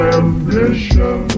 ambition